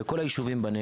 בכל היישובים,